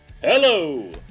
Hello